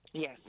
Yes